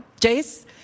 Jace